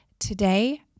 Today